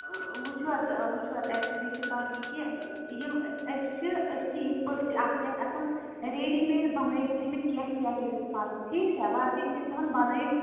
وٕچھو حظ وٕچھو حظ ایکچُلی چھُ کَتھ یہِ کہِ یِم أسۍ چھِ أسۍ چھِ یِتھ پٲٹھۍ تہِ اَکھ چھِ اَسہِ آسان ریڈی میڈ بنٲیِتھ تھٲے مٕتۍ کیٚنٛہہ سٮ۪ٹ یوٗنِفارمٕکۍ ٹھیٖک چھا وَردی چھِ أسۍ تھاوان بَنٲیِتھ